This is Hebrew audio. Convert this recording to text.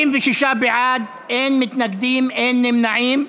96 בעד, אין מתנגדים, אין נמנעים.